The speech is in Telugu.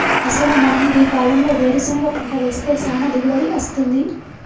అసలు మనం గీ కాలంలో వేరుసెనగ పంట వేస్తే సానా దిగుబడి అస్తుంది